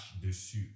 dessus